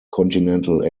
continental